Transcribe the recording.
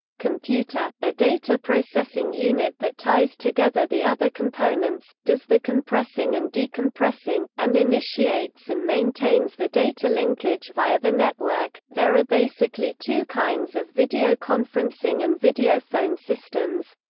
computer a data processing unit that ties together the other components, does the compressing and decompressing, and initiates and maintains the data linkage via the network there are basically two kinds of videoconferencing and videophone systems